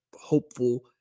hopeful